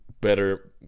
Better